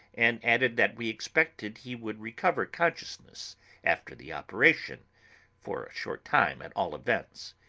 and added that we expected he would recover consciousness after the operation for a short time, at all events.